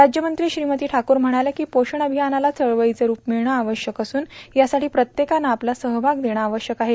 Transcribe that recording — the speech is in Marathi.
राज्यमंत्री श्रीमती ठाकूर म्हणाल्या पोषण र्आभयानाला चळवळीचं रुप मिळणं आवश्यक असून यासाठों प्रत्येकानं आपला सहभाग देणं आवश्यक आहे